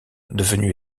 devenue